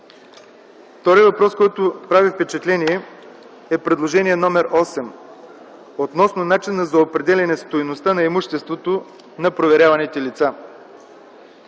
Вторият въпрос, който прави впечатление, е предложение № 8 относно начина за определяне стойността на имуществото на проверяваните лица.